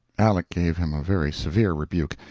aleck give him a very severe rebuke,